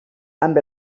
amb